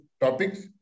topics